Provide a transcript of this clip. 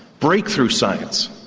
breakthrough science.